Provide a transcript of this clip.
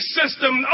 system